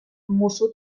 musu